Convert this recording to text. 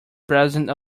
president